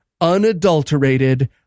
unadulterated